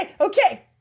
okay